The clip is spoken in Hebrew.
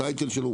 הטייטל שלו,